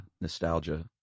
nostalgia